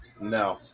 no